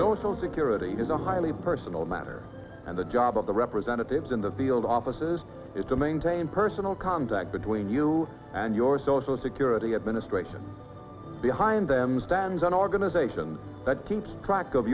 you social security is a highly personal matter and the job of the representatives in the field offices is to maintain personal contact between you and your social security administration behind them stands an organization that keeps track of